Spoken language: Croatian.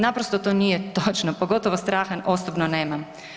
Naprosto to nije točno, pogotovo straha osobno nemam.